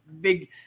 big